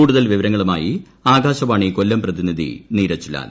കൂടുതൽ വിവരങ്ങളുമായി ആകാശവാണി കൊല്ലം പ്രതിനിധി നീരജ് ലാൽ